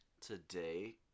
today